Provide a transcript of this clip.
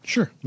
Sure